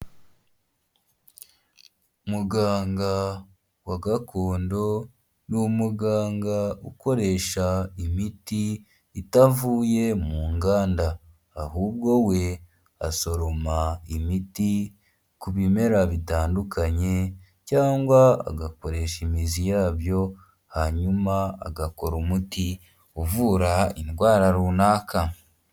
Muganga wa gakondo ni umuganga ukoresha imiti itavuye mu nganda, ahubwo we asoroma imiti ku bimera bitandukanye cyangwa agakoresha imizi yabyo hanyuma agakora umuti uvura indwara runaka.